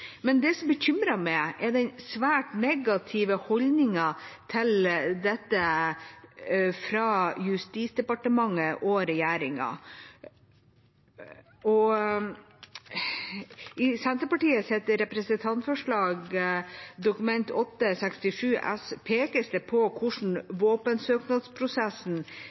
Men det som bekymrer meg, er den svært negative holdningen til dette fra Justisdepartementet og regjeringa. I Senterpartiets representantforslag, Dokument 8:67 S for 2020–2021, pekes det på hvordan våpensøknadsprosessen